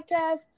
podcast